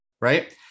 right